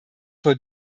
vor